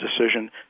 decision